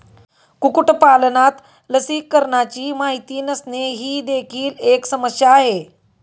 कुक्कुटपालनात लसीकरणाची माहिती नसणे ही देखील एक समस्या आहे